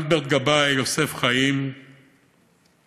אלברט גבאי, יוסף חיים גבעתי,